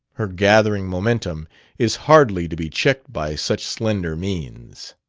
her gathering momentum is hardly to be checked by such slender means.